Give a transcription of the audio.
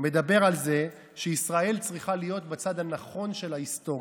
מדבר על זה שישראל צריכה להיות בצד הנכון של ההיסטוריה.